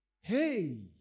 hey